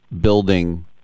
building